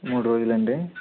మూడు రోజులండి